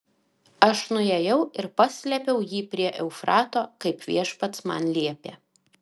aš nuėjau ir paslėpiau jį prie eufrato kaip viešpats man liepė